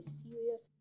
serious